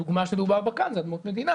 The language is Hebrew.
הדוגמה הכי טובה כאן היא אדמות מדינה